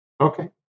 Okay